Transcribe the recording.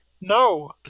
No